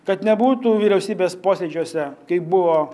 kad nebūtų vyriausybės posėdžiuose kaip buvo